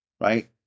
right